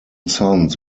sons